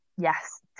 Yes